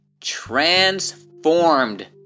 transformed